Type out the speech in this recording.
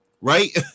Right